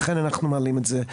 לכן אנחנו מעלים את זה.